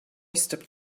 stepped